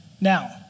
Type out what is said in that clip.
Now